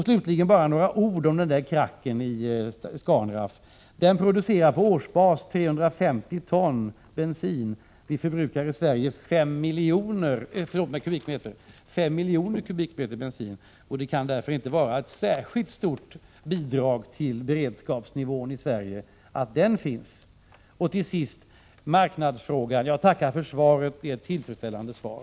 Slutligen några ord om krackeranläggningen vid Scanraff. Vid anläggningen produceras 350 000 m? bensin per år. Vi förbrukar i Sverige 5 miljoner m?. Den kan därför inte vara ett särskilt stort bidrag till att upprätthålla beredskapsnivån i Sverige. Beträffande marknadsfrågan vill jag tacka för svaret. Det var ett tillfredsställande svar.